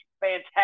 fantastic